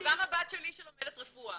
גם הבת שלי שלומדת רפואה